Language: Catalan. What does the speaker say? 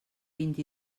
vint